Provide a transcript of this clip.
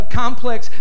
complex